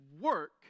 work